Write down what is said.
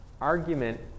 argument